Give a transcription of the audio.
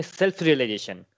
self-realization